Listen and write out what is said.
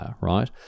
right